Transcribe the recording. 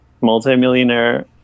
multimillionaire